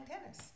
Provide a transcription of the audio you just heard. tennis